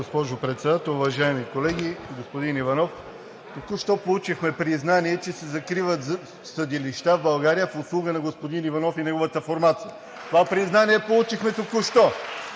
госпожо Председател. Уважаеми колеги, господин Иванов! Току що получихме признание, че се закриват съдилища в България в услуга на господин Иванов и неговата формация. (Ръкопляскания от ДПС.) Това признание получихме току-що.